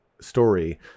story